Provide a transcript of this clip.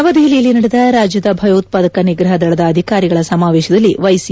ನವದೆಹಲಿಯಲ್ಲಿ ನಡೆದ ರಾಜ್ಯದ ಭಯೋತಾದಕ ನಿಗ್ರಹ ದಳದ ಅಧಿಕಾರಿಗಳ ಸಮಾವೇಶದಲ್ಲಿ ವೈಸಿ